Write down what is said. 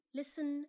listen